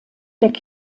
sind